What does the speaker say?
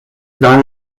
dans